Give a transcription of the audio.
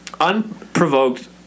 unprovoked